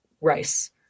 rice